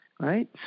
Right